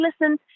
listen